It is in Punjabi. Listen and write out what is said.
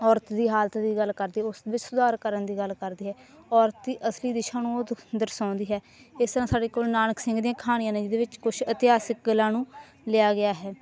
ਔਰਤ ਦੀ ਹਾਲਤ ਦੀ ਗੱਲ ਕਰਦੇ ਉਸ ਵਿੱਚ ਸੁਧਾਰ ਕਰਨ ਦੀ ਗੱਲ ਕਰਦੀ ਹੈ ਔਰਤ ਦੀ ਅਸਲੀ ਦਿਸ਼ਾ ਨੂੰ ਉਹ ਦ ਦਰਸਾਉਂਦੀ ਹੈ ਇਸ ਤਰ੍ਹਾਂ ਸਾਡੇ ਕੋਲ ਨਾਨਕ ਸਿੰਘ ਦੀਆਂ ਕਹਾਣੀਆਂ ਨੇ ਜਿਹਦੇ ਵਿੱਚ ਕੁਛ ਇਤਿਹਾਸਿਕ ਗੱਲਾਂ ਨੂੰ ਲਿਆ ਗਿਆ ਹੈ